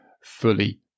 fully